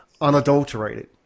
unadulterated